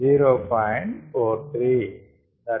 4353